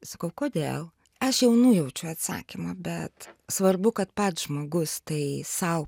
sakau kodėl aš jau nujaučiu atsakymą bet svarbu kad pats žmogus tai sau